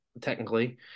technically